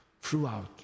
Throughout